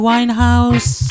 Winehouse